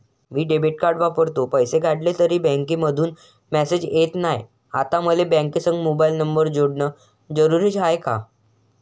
मी debit card वापरतो, पैसे काढले तरी मले बँकेमंधून मेसेज येत नाय, आता मले बँकेसंग मोबाईल नंबर जोडन जरुरीच हाय का?